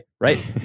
Right